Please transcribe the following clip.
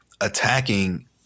attacking